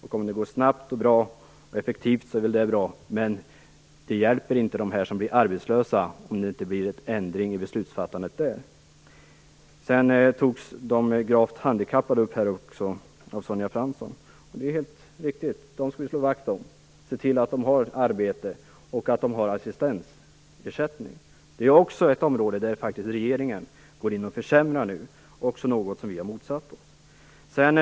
Om utredningen görs snabbt, bra och effektivt är väl detta bra. Men det hjälper inte dem som blir arbetslösa om det inte blir en ändring av beslutet. Sedan berörde Sonja Fransson också de gravt handikappade. Det är helt riktigt. De skall vi slå vakt om, se till att de har ett arbete och assistentersättning. Det är också ett område där faktiskt regeringen nu går in och försämrar, vilket också är något som vi har motsatt oss.